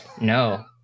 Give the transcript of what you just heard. No